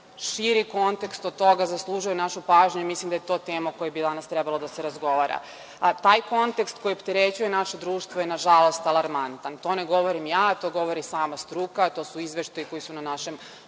Širi kontekst od toga zaslužuje našu pažnju i mislim da je to tema o kojoj bi danas trebalo da se razgovara. A taj kontekst koji opterećuje naše društvo je, nažalost, alarmantan. To ne govorim ja, to govori sama struka, to su izveštaji koji su na našem